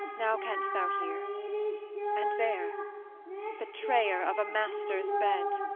now canst thou hear and there betrayer of a master's bed.